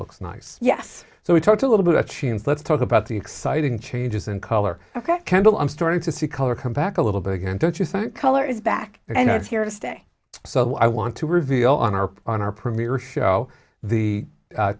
looks nice yes so we talked a little bit a chance let's talk about the exciting changes in color ok kendall i'm starting to see color come back a little bit again don't you think color is back and out here to stay so i want to reveal on our on our premiere show the